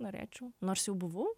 norėčiau nors jau buvau